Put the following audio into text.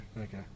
okay